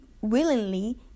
willingly